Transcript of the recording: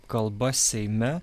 kalba seime